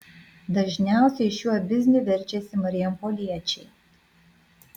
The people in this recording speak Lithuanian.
dažniausiai šiuo bizniu verčiasi marijampoliečiai